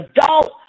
Adult